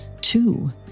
Two